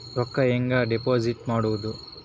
ರೊಕ್ಕ ಹೆಂಗೆ ಡಿಪಾಸಿಟ್ ಮಾಡುವುದು?